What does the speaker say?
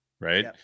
right